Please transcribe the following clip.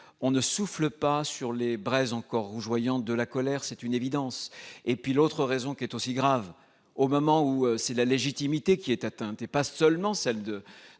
on ne souffle pas sur les braises encore rougeoyantes de la colère. C'est une évidence ! D'autre part, au moment où c'est la légitimité qui est atteinte, pas seulement celle du